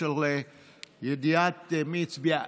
של הידיעה מי הצביע.